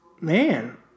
Man